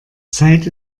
zeit